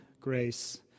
grace